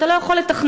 אתה לא יכול לתכנן,